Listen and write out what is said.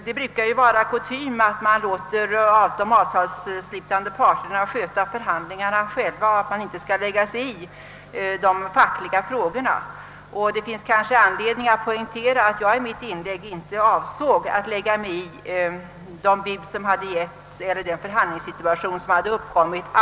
Det brukar ju vara kutym att man låter de avtalsslutande parterna sköta förhandlingarna själva och att man inte lägger sig i de fackliga frågorna. Det finns kanske anledning att poängtera att jag med mitt inlägg inte avsåg att lägga mig i den förhandlingssituation som uppkommit.